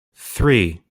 three